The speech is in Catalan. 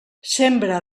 sembra